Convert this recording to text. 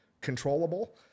controllable